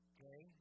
Okay